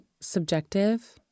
subjective